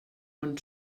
bon